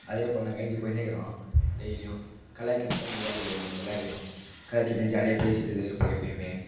அதே போல் நாங்கள் ஏஞ்சு போய்னே இருக்கிறோம் டெய்லியும் கலாய்க்கிறது தான் எங்கள் வேலையே இனி எல்லோரையும் கலாய்ச்சின்னு ஜாலியாக பேசிகிட்டு இருப்போம் எப்பயுமே